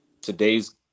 Today's